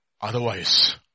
Otherwise